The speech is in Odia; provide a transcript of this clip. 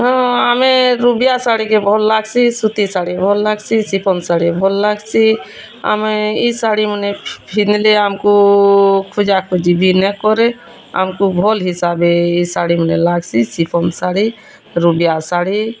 ହଁ ଆମେ ରୁବିଆ ଶାଢ଼ିକେ ଭଲ୍ ଲାଗ୍ସି ସେ ସୂତି ଶାଢ଼ି ଭଲ୍ ଲାଗ୍ସି ସେ ସିଫନ୍ ଶାଢ଼ି ଭଲ୍ ଲାଗ୍ସି ଆମେ ଇ ଶାଢ଼ିମାନେ ଆମ୍କୁ ଖୋଜା ଖୋଜି ବି ନାଇ କରେ ଆମ୍କୁ ଭଲ୍ ହିିସାବେ ଏ ଶାଢ଼ି ଭଲ୍ ଲାଗ୍ସି ସିଫନ୍ ଶାଢ଼ି ରୁବିଆ ଶାଢ଼ି